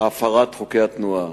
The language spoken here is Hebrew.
והפרת חוקי התנועה.